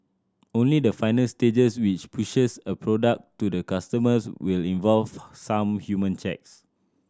only the final stages which pushes a product to the customers will involve some human checks